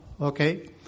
okay